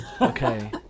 Okay